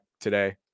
today